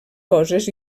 coses